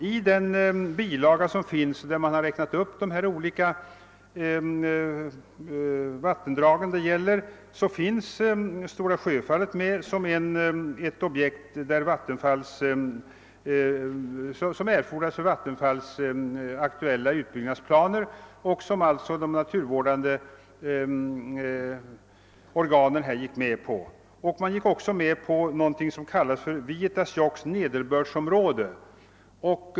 I den bilaga i vilken de vattendrag det gäller har räknats upp finns Stora Sjöfallet med som ett objekt som erfordras för Vattenfalls aktuella utbyggnadsplaner och som således de naturvårdande organen gick med på en utbyggnad av. Man gick också med på någonting som kallas för Vietasjokks nederbördsområde.